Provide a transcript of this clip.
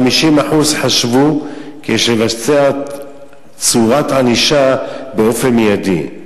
50% חשבו כי יש לבצע צורת ענישה באופן מיידי.